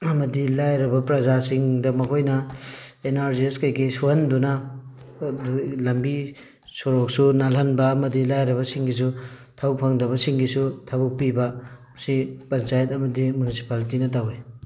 ꯑꯃꯗꯤ ꯂꯥꯏꯔꯕ ꯄ꯭ꯔꯖꯥꯁꯤꯡꯗ ꯃꯈꯣꯏꯅ ꯑꯦꯟ ꯑꯥꯔ ꯖꯤ ꯑꯦꯁ ꯀꯩꯀꯩ ꯁꯨꯍꯟꯗꯨꯅ ꯂꯝꯕꯤ ꯁꯣꯔꯣꯛꯁꯨ ꯅꯥꯜꯍꯟꯕ ꯑꯃꯗꯤ ꯂꯥꯏꯔꯕꯁꯤꯡꯒꯤꯁꯨ ꯊꯕꯛ ꯐꯪꯗꯕꯁꯤꯡꯒꯤꯁꯨ ꯊꯕꯛ ꯄꯤꯕ ꯁꯤ ꯄꯟꯆꯥꯌꯦꯠ ꯑꯃꯗꯤ ꯃ꯭ꯌꯨꯅꯤꯁꯤꯄꯥꯂꯤꯇꯤꯅ ꯇꯧꯋꯤ